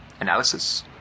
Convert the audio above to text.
Analysis